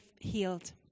healed